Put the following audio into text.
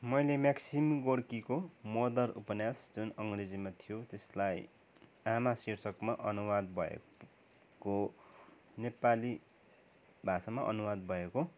मैले म्याक्सिम गोर्कीको मदर उपन्यास जुन अङ्ग्रेजीमा थियो त्यसलाई आमा शीर्षक उपन्यासमा अनुवाद भएको नेपाली भाषामा अनुवाद भएको